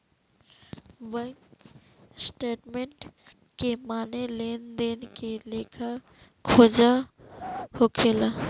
bank statement के माने लेन देन के लेखा जोखा होखेला